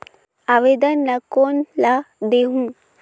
आवेदन ला कोन ला देहुं?